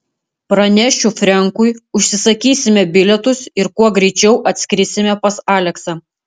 pranešiu frenkui užsisakysime bilietus ir kuo greičiau atskrisime pas aleksą